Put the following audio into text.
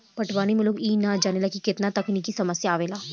पटवनी में लोग इ ना जानेला की केतना तकनिकी समस्या आवेला